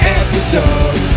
episode